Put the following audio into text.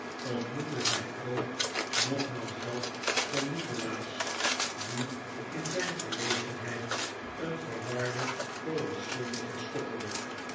ontmoette zijn oog nogmaals dat van nikolaas die in zijn verlegenheid een verwarde verontschuldiging stotterde